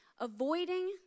avoiding